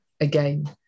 again